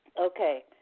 Okay